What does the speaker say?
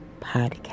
podcast